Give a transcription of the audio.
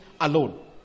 alone